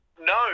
No